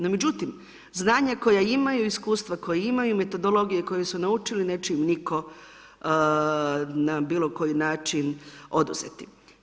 No međutim, znanja koja imaju, iskustva koja imaju, metodologije koje su naučili neće im nitko na bilo koji način oduzeti.